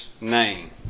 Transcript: name